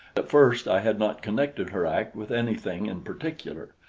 at first i had not connected her act with anything in particular,